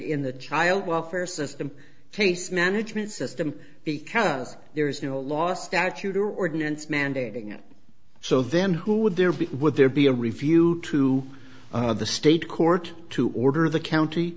in the child welfare system case management system because there is no law statute or ordinance mandating it so then who would there be would there be a review to the state court to order the county